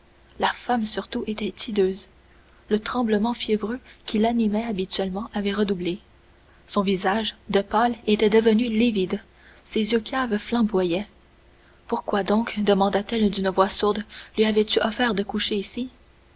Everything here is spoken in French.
la femme surtout était hideuse le tremblement fiévreux qui l'animait habituellement avait redoublé son visage de pâle était devenu livide ses yeux caves flamboyaient pourquoi donc demanda-t-elle d'une voix sourde lui avais-tu offert de coucher ici